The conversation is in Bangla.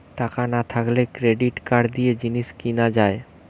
টাকা না থাকলে ক্রেডিট কার্ড দিয়ে জিনিস কিনা যায়